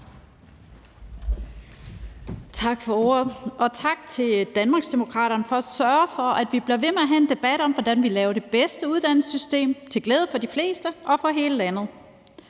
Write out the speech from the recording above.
Tak for ordet, og tak til Danmarksdemokraterne for at sørge for, at vi bliver ved med at have en debat om, hvordan vi laver det bedste uddannelsessystem til glæde for de fleste og for hele landet.